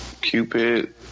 Cupid